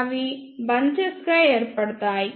అవి బంచెస్ గా ఏర్పడతాయి